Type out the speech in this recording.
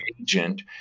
agent